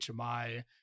HMI